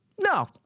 No